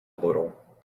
little